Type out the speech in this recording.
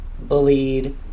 bullied